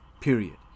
Period